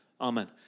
Amen